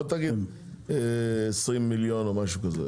לא תגיד 20 מיליון או משהו כזה,